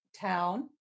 town